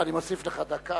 אני מוסיף לך דקה,